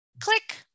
Click